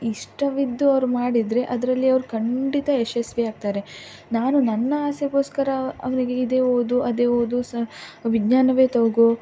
ಇಷ್ಟವಿದ್ದು ಅವರು ಮಾಡಿದರೆ ಅದರಲ್ಲಿ ಅವರು ಖಂಡಿತ ಯಶಸ್ವಿಯಾಗ್ತಾರೆ ನಾನು ನನ್ನ ಆಸೆಗೋಸ್ಕರ ಅವನಿಗೆ ಇದೇ ಓದು ಅದೇ ಓದು ಸಹ ವಿಜ್ಞಾನವೇ ತಗೋ